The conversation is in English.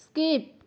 skip